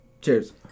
cheers